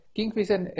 Kingfisher